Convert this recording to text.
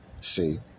See